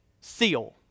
seal